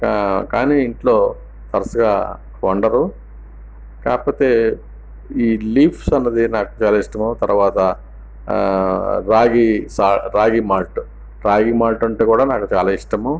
కా కానీ ఇంట్లో వరుసగా వండరు కాకపోతే ఈ లీఫ్స్ నాకు చాలా ఇష్టం తర్వాత ragi salt mart ragi malt ragi malt అంటే కూడా నాకు చాలా ఇష్టము